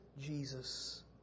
Jesus